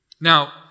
Now